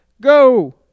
go